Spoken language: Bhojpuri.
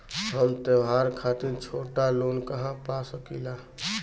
हम त्योहार खातिर छोटा लोन कहा पा सकिला?